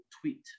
tweet